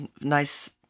nice